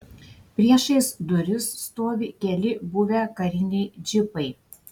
priešais duris stovi keli buvę kariniai džipai